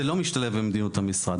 זה לא משתלב עם מדיניות המשרד.